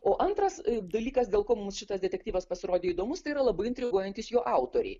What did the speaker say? o antras dalykas dėl ko mums šitas detektyvas pasirodė įdomus tai yra labai intriguojantys jo autoriai